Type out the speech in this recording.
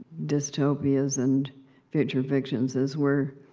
dystopias and future fictions is we're